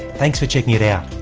thanks for checking it out.